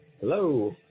Hello